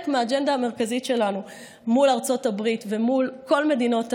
מהאג'נדה המרכזית שלנו מול ארצות הברית ומול כל מדינות העולם.